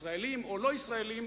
ישראלים או לא ישראלים,